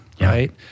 right